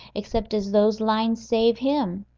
except as those lines save him.